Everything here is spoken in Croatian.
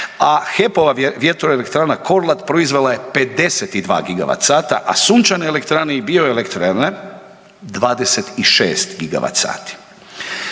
a HEP-ova vjetroelektrana Korlat proizvela je 52 gigavat sata, a sunčane elektrane i bio elektrana 26 gigavat sati.